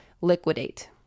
liquidate